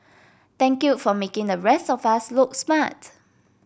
thank you for making the rest of us look smart